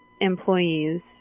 employees